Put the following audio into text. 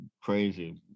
crazy